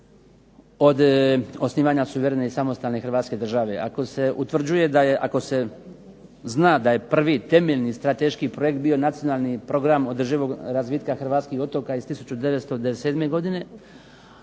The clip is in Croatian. od osnivanja samostalne i suverene Hrvatske države. Ako se zna da je prvi temeljni strateški projekt bio Nacionalni program održivog razvitka hrvatskih otoka 1997. godine,